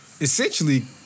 essentially